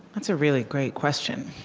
that's a really great question.